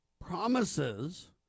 promises